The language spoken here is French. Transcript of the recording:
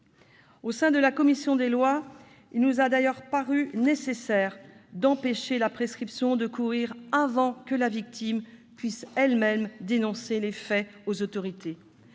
Au sein de la commission des lois, il nous a d'ailleurs paru nécessaire d'empêcher la prescription de courir avant que la victime puisse elle-même dénoncer les faits aux autorités.